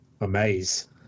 amaze